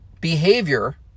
behavior